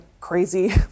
crazy